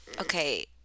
okay